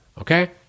Okay